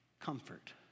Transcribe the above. comfort